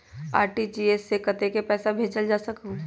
RTGS से कतेक पैसा भेजल जा सकहु???